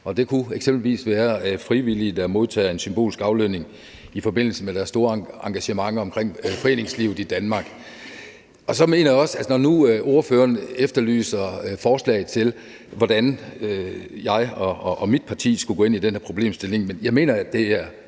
Det kunne være frivillige, der modtager en symbolsk aflønning i forbindelse med deres store engagement omkring foreningslivet her i Danmark. Når nu ordføreren efterlyser forslag til, hvordan jeg og mit parti skulle gå ind i den her problemstilling, mener jeg, at det i